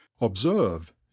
observe